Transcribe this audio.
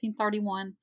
1931